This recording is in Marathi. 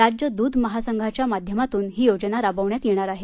राज्य दूध महासंघाच्या माध्यमातून ही योजना राबवण्यात येणार आहे